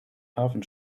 hafen